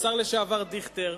השר לשעבר דיכטר.